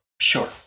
Sure